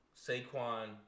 Saquon